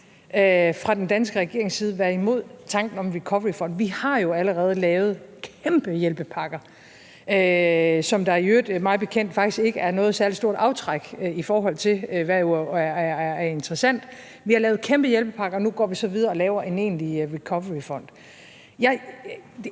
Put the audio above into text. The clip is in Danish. fra den danske regerings side været imod tanken om en recoveryfond. Vi har jo allerede lavet kæmpe hjælpepakker, som der i øvrigt mig bekendt faktisk ikke er noget særlig stort aftræk i forhold til, hvilket jo er interessant. Vi har lavet kæmpe hjælpepakker, og nu går vi så videre og laver en egentlig recoveryfond.